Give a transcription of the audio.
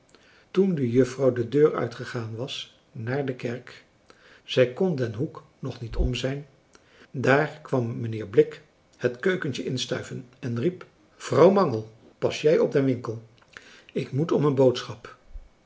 toen de juffrouw de deur uitgegaan was naar de kerk zij kon den hoek nog niet om zijn daar kwam mijnheer blik het keukentje instuiven en riep vrouw mangel pas jij op den winkel ik moet om een boodschap